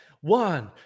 one